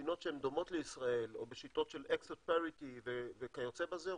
למדינות שהן דומות לישראל או בשיטות של וכיוצא בזה,